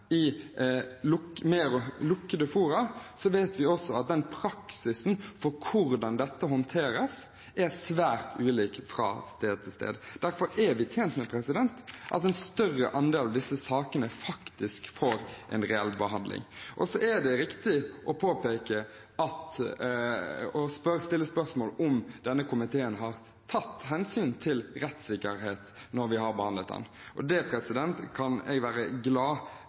i lukkede fora, vet vi også at praksisen for hvordan dette håndteres, er svært ulik fra sted til sted. Derfor er vi tjent med at en større andel av disse sakene faktisk får en reell behandling. Det er riktig å påpeke og å stille spørsmål om komiteen har tatt hensyn til rettssikkerhet når vi har behandlet saken. Det er jeg glad for å bekrefte at vi har gjort. Rettsikkerhet, som jeg